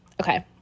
okay